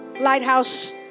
Lighthouse